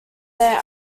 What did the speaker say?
their